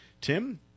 Tim